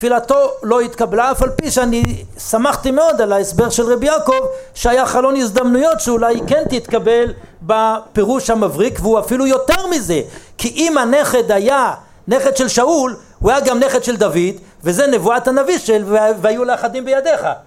תפילתו לא התקבלה אף על פי שאני שמחתי מאוד על ההסבר של רבי יעקב שהיה חלון הזדמנויות שאולי כן תתקבל בפירוש המבריק והוא אפילו יותר מזה כי אם הנכד היה נכד של שאול הוא היה גם נכד של דוד וזה נבואת הנביא של והיו לאחדים בידיך